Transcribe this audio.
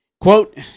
Quote